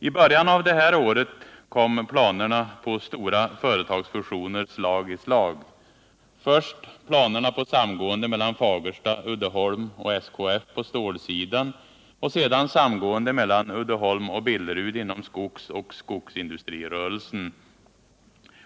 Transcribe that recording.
I början av det här året kom planerna på stora företagsfusioner slag i slag. Först planerna på samgående mellan Fagersta, Uddeholm och SKF på stålsidan och sedan samgående mellan Uddeholm och Billerud inom skogsoch skogsindustrirörelsen.